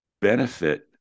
benefit